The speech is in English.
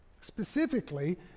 Specifically